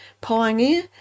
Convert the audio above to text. pioneer